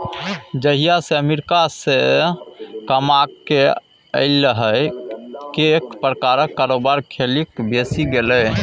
जहिया सँ अमेरिकासँ कमाकेँ अयलाह कैक प्रकारक कारोबार खेलिक बैसि गेलाह